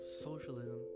socialism